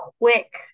quick